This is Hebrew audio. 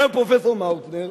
אומר פרופסור מאוטנר,